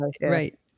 right